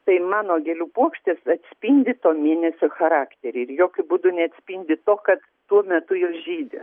tai mano gėlių puokštės atspindi to mėnesio charakterį ir jokiu būdu neatspindi to kad tuo metu jos žydi